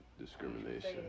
discrimination